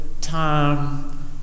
time